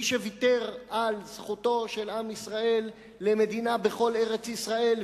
מי שוויתר על זכותו של עם ישראל למדינה בכל ארץ-ישראל,